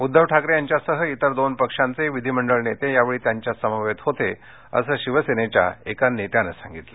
उद्धव ठाकरे यांच्यासह इतर दोन पक्षांचे विधिमंडळ नेते यावेळी त्यांच्यासमवेत होते असं शिवसेनेच्या एका नेत्यानं सांगितलं